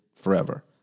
forever